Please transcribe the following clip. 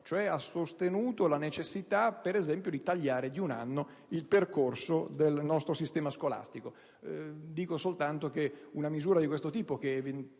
ovvero la necessità di tagliare di un anno il percorso del nostro sistema scolastico. Dico soltanto che una misura di questo tipo, che